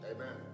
Amen